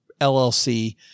LLC